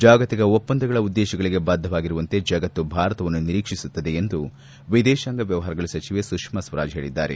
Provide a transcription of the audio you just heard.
ಜಾಗತಿಕ ಒಪ್ಪಂದಗಳ ಉದ್ದೇತಗಳಿಗೆ ಬದ್ದವಾಗಿರುವಂತೆ ಜಗತ್ತು ಭಾರತವನ್ನು ನಿರೀಕ್ಷಿಸುತ್ತದೆ ಎಂದು ವಿದೇಶಾಂಗ ವ್ಲವಹಾರಗಳ ಸಚಿವೆ ಸುಷ್ನಾ ಸ್ವರಾಜ್ ಹೇಳಿದ್ದಾರೆ